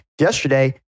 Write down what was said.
Yesterday